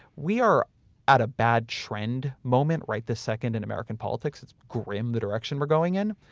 we are at a bad trend moment right this second in american politics. it's grim the direction we're going in,